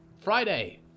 Friday